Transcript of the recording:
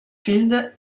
field